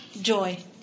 joy